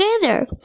together